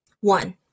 One